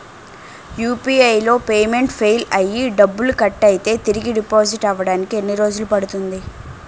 UPI లో payment fail అయ్యి డబ్బులు కట్ అయితే తిరిగి డిపాజిట్ అవ్వడానికి ఎన్ని రోజులు పడుతుంది?